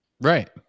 Right